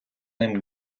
ним